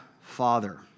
Father